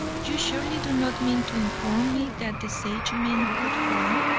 you surely do not mean to inform me that the sagemen could fly?